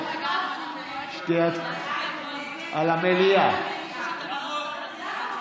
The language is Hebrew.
הצעה לסדר-היום והצעה להסיר